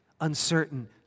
Uncertain